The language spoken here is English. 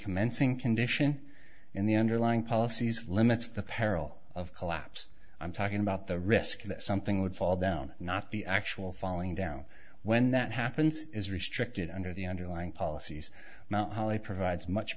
commencing condition in the underlying policies limits the peril of collapse i'm talking about the risk that something would fall down not the actual falling down when that happens is restricted under the underlying policies mount holly provides much